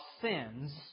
sins